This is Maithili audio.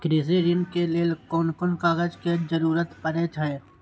कृषि ऋण के लेल कोन कोन कागज के जरुरत परे छै?